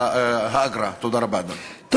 תודה רבה, אדוני.